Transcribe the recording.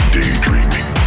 daydreaming